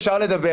אפשר לדבר על זה.